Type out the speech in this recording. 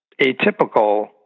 atypical